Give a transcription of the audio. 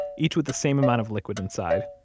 each with the same amount of liquid inside.